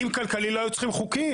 אם כלכלי לא היו צריכים חוקים,